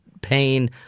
pain